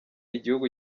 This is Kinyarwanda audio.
igihugu